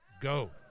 go